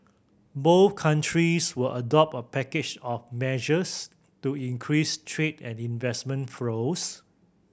both countries will adopt a package of measures to increase trade and investment flows